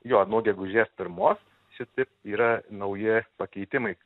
jo nuo gegužės pirmos šitaip yra nauji pakeitimai